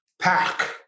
Pack